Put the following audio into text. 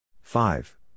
five